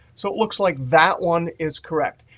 so it looks like that one is correct.